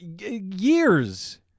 years